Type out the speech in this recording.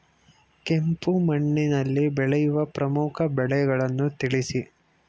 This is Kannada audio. ಕೆಂಪು ಮಣ್ಣಿನಲ್ಲಿ ಬೆಳೆಯುವ ಪ್ರಮುಖ ಬೆಳೆಗಳನ್ನು ತಿಳಿಸಿ?